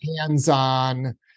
hands-on